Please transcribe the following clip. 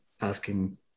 asking